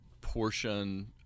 portion